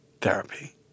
therapy